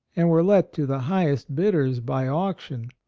and were let to the highest bidders by auction.